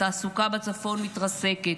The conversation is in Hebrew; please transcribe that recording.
התעסוקה בצפון מתרסקת,